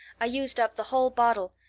i used up the whole bottle,